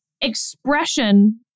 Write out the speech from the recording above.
expression